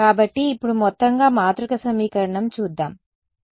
కాబట్టి ఇప్పుడు మొత్తంగా మాతృక సమీకరణం చూద్దాం సరే